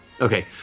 Okay